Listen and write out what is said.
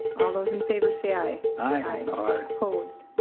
all those in favor say aye. aye. opposed?